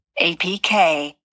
APK